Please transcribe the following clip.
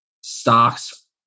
stocks